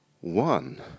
one